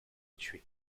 tué